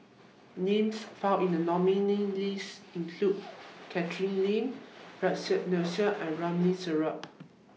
Names found in The nominee list include Catherine Lim Percy Mcneice and Ramli Sarip